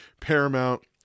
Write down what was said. Paramount